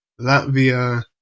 Latvia